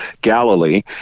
Galilee